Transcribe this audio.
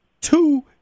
two